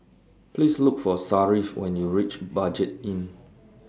Please Look For Sharif when YOU REACH Budget Inn